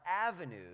avenues